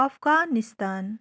Afghanistan